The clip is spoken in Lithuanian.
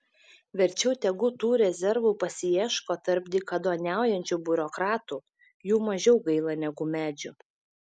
verčiau tegu tų rezervų pasiieško tarp dykaduoniaujančių biurokratų jų mažiau gaila negu medžių